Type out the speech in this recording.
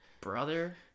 brother